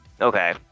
Okay